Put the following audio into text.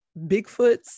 Bigfoots